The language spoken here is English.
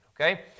okay